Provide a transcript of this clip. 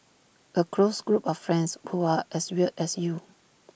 A close group of friends who are as weird as you